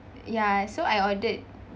ya so I ordered